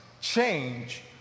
change